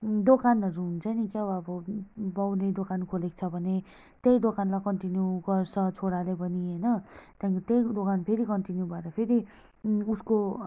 दोकानहरू हुन्छ नि क्याउ अब बाउले दोकान खोलेको छ भने त्यही दोकानलाई कन्टिनिउ गर्छ छोराले पनि होइन त्यहाँदेखिको त्यही दोकान फेरि कन्टिनिउ भएर फेरि उसको